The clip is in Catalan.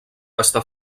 està